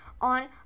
on